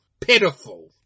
Pitiful